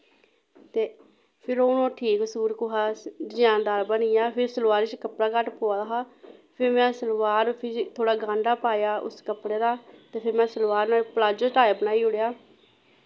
ते फिर ओह् ठीक सूट कुसा डजैनदार बनीया फिर सलवारी च कपड़ा घट्ट पवा दा हा फ्ही में सलवार थोह्ड़ा गंडा पाया कपजड़े दा ते फिर में सलवार नै पलाजो टाईप बनाई ओड़ेआ